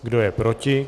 Kdo je proti?